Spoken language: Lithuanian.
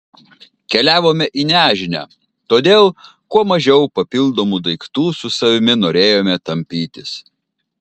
keliavome į nežinią todėl kuo mažiau papildomų daiktų su savimi norėjome tampytis